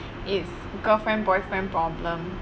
is girlfriend boyfriend problem